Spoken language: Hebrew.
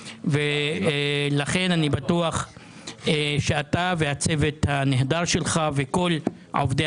לכן אני בטוח שאתה והצוות הנהדר שלך וכל עובדי